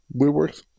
WeWork